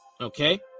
Okay